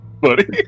Buddy